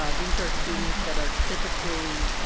ah these are students that are typically.